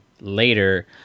later